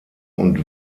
und